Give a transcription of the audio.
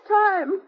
time